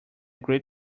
great